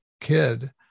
kid